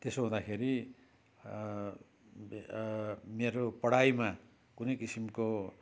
त्यसो हुँदाखेरि मेरो पढाइमा कुनै किसिमको